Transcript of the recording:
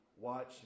watch